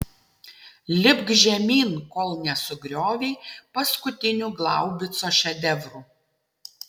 lipk žemyn kol nesugriovei paskutinių glaubico šedevrų